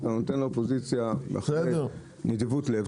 אתה נותן לאופוזיציה בנדיבות לב,